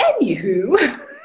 anywho